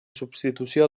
substitució